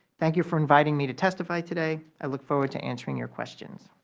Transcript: thank you for inviting me to testify today. i look forward to answering your questions.